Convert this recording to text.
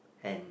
and